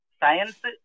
Science